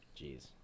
Jeez